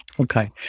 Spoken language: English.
Okay